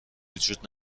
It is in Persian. وجود